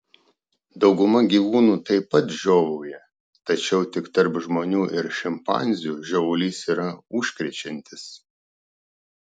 dauguma gyvūnų taip pat žiovauja tačiau tik tarp žmonių ir šimpanzių žiovulys yra užkrečiantis